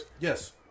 Yes